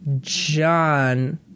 John